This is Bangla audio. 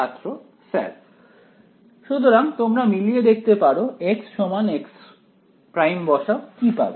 ছাত্র স্যার সুতরাং তোমরা মিলিয়ে দেখতে পারো x x′ বসাও কি পাবে